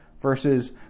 versus